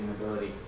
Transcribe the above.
sustainability